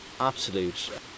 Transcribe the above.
absolute